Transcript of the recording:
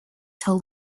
till